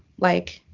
like,